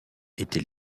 était